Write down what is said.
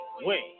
wait